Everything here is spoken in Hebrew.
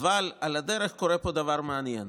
אבל על הדרך קורה פה דבר מעניין.